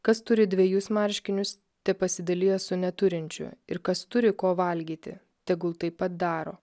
kas turi dvejus marškinius tepasidalija su neturinčiu ir kas turi ko valgyti tegul taip pat daro